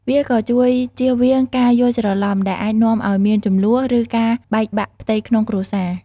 វាក៏ជួយ ជៀសវាងការយល់ច្រឡំ ដែលអាចនាំឲ្យមានជម្លោះ ឬការបែកបាក់ផ្ទៃក្នុងគ្រួសារ។